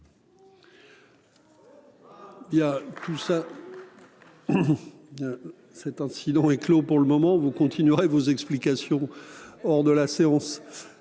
tout ça. Cet incident est clos. Pour le moment vous continuerez vos explications hors de la séance.